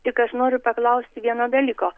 tik aš noriu paklausti vieno dalyko